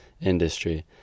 industry